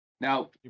Now